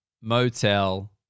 motel